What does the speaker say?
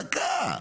דקה.